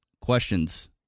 questions